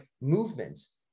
movements